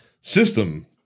system